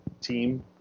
team